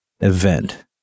event